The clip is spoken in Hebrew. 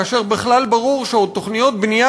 כאשר בכלל ברור שעוד תוכניות בנייה